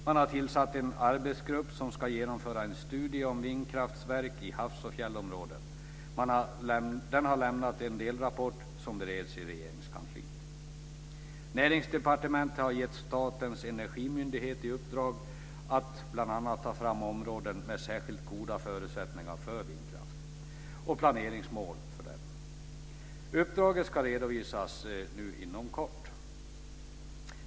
Man har tillsatt en arbetsgrupp som ska genomföra en studie om vindkraftverk i havs och fjällområden. Den har lämnat en delrapport som bereds i Regeringskansliet. Näringsdepartementet har gett Statens energimyndighet i uppdrag att bl.a. ta fram områden med särskilt goda förutsättningar för vindkraft och planeringsmål för den. Uppdraget ska redovisas inom kort.